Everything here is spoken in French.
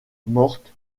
morte